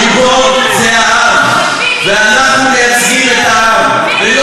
הריבון זה העם, ואנחנו מייצגים את העם, לא